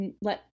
let